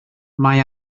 mae